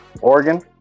Oregon